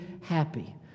happy